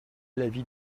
l’avis